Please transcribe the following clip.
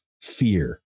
fear